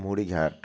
মুড়ি ঘ্যাট